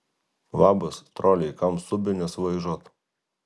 labas troliai kam subines laižot